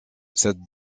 cette